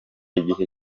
igihe